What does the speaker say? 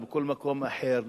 או בכל מקום אחר,